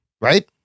Right